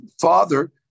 father